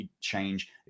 change